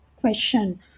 question